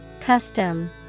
Custom